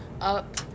up